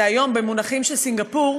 זה היום במונחים של סינגפור,